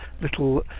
little